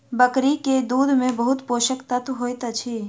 बकरी के दूध में बहुत पोषक तत्व होइत अछि